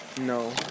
No